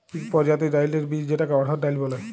ইক পরজাতির ডাইলের বীজ যেটাকে অড়হর ডাল ব্যলে